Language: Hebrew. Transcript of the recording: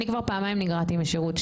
אני כבר פעמיים נגרעתי משירות,